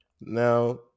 Now